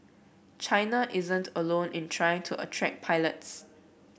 China isn't alone in trying to attract pilots